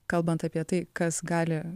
kalbant apie tai kas gali